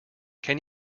can